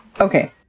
Okay